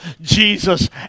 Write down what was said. Jesus